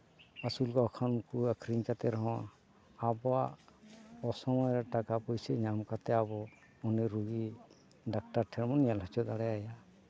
ᱟᱹᱥᱩᱞ ᱠᱚ ᱠᱷᱟᱱ ᱩᱱᱠᱩ ᱠᱚ ᱟᱹᱠᱷᱨᱤᱧ ᱠᱟᱛᱮᱫ ᱦᱚᱸ ᱟᱵᱚᱣᱟᱜ ᱚᱥᱚᱢᱭ ᱨᱮ ᱴᱟᱠᱟ ᱯᱚᱭᱥᱟ ᱧᱟᱢ ᱠᱟᱛᱮᱫ ᱟᱵᱚ ᱩᱱᱤ ᱨᱳᱜᱤ ᱰᱟᱠᱛᱟᱨ ᱴᱷᱮᱱ ᱵᱚᱱ ᱧᱮᱞ ᱦᱚᱪᱚ ᱫᱟᱲᱮᱭᱟᱭᱟ